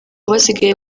basigaye